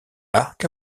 arc